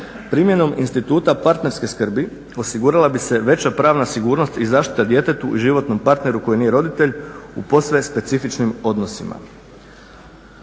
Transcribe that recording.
Primjenom instituta parterske skrbi osigurala bi se veća pravna sigurnost i zaštita djetetu i životnom parteru koji nije roditelj u posve specifičnim odnosima.